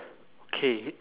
K